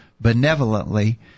benevolently